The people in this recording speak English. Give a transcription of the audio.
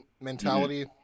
mentality